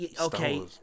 okay